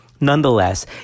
Nonetheless